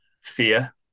fear